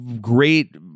great